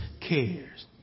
cares